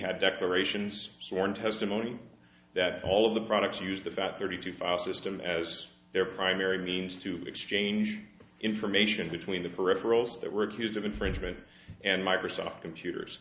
had declarations sworn testimony that all of the products used the fat thirty two file system as their primary means to exchange information between the peripherals that were accused of infringement and